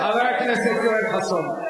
חבר הכנסת יואל חסון,